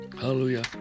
hallelujah